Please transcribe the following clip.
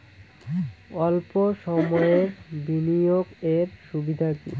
অল্প সময়ের বিনিয়োগ এর সুবিধা কি?